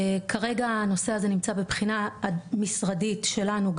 כרגע הנושא הזה נמצא בבחינה משרדית שלנו,